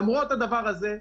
למרות הדבר הזה,